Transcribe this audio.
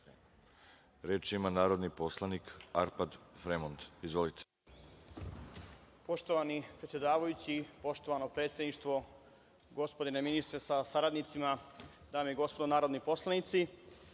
reč? Reč ima narodni poslanik Arpad Fremond. **Arpad Fremond** Poštovani predsedavajući, poštovano predsedništvo, gospodine ministre sa saradnicima, dame i gospodo narodni poslanici,